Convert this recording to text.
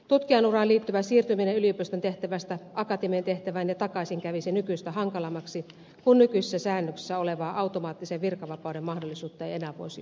tutkijanuraan liittyvä siirtyminen yliopiston tehtävästä akatemian tehtävään ja takaisin kävisi nykyistä hankalammaksi kun nykyisissä säännöksissä olevaa automaattisen virkavapauden mahdollisuutta ei enää voisi olla